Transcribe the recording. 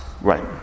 Right